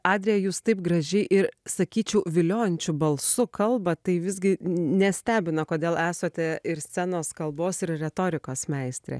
adrija jūs taip gražiai ir sakyčiau viliojančiu balsu kalbat tai visgi nestebina kodėl esate ir scenos kalbos ir retorikos meistrė